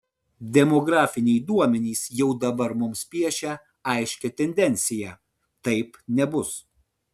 demografiniai duomenys jau dabar mums piešia aiškią tendenciją taip nebus